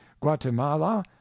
guatemala